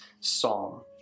psalm